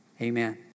Amen